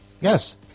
Yes